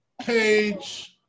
page